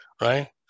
Right